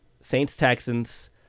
Saints-Texans